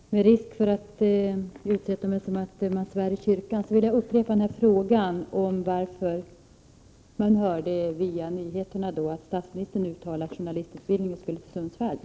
Fru talman! Med risk för att bli anklagad för att så att säga svära i kyrkan vill jag upprepa frågan varför statsministern, enligt vad som rapporterats i nyhetssändningarna, uttalat att journalistutbildningen skall överföras till Sundsvall.